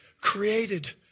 created